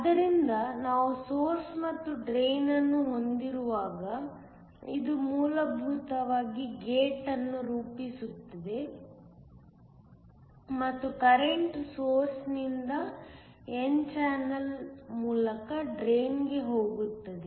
ಆದ್ದರಿಂದ ನಾವು ಸೊರ್ಸ್ ಮತ್ತು ಡ್ರೈನ್ ಅನ್ನು ಹೊಂದಿರುವಾಗ ಇದು ಮೂಲಭೂತವಾಗಿ ಗೇಟ್ ಅನ್ನು ರೂಪಿಸುತ್ತದೆ ಮತ್ತು ಕರೆಂಟ್ ಸೊರ್ಸ್ದಿಂದ n ಚಾನೆಲ್ ಮೂಲಕ ಡ್ರೈನ್ಗೆ ಹೋಗುತ್ತದೆ